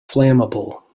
flammable